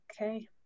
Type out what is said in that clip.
Okay